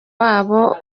wabo